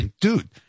dude